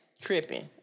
Tripping